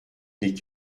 des